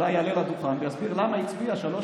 אולי הוא יעלה לדוכן ויסביר למה הצביע שלוש